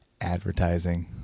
advertising